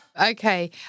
Okay